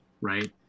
right